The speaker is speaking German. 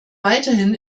weiterhin